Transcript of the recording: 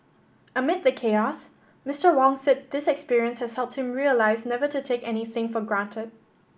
amid the chaos Mister Wong said this experience has helped him realize never to take anything for granted